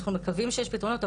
אנחנו מקווים שיש פתרונות,